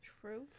True